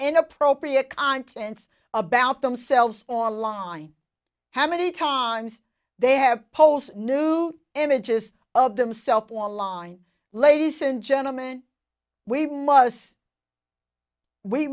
in appropriate content about themselves online how many times they have post new images of themselves online ladies and gentleman we must we